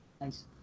Nice